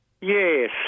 Yes